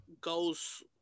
goes